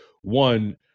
One